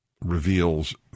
reveals